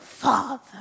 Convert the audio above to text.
father